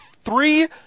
three